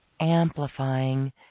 amplifying